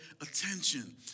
attention